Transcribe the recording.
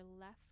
left